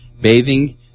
bathing